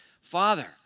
Father